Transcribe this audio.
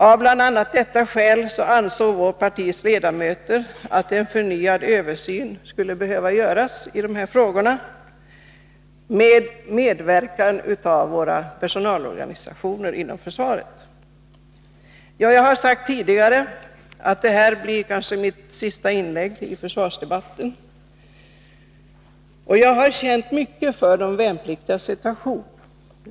Av bl.a. detta skäl ansåg vårt partis ledamöter att en förnyad översyn bör göras under medverkan av personalorganisationerna inom försvaret. Jag har sagt tidigare att det här kanske blir mitt sista inlägg i försvarsdebatten. Jag har känt mycket för de värnpliktigas situation.